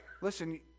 Listen